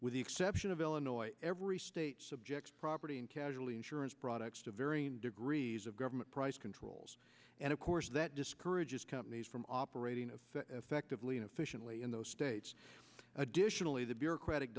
with the exception of illinois every state subjects property and casualty insurance products to varying degrees of government price controls and of course that discourages companies from operating a affectively and efficiently in those states additionally the bureaucratic